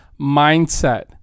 mindset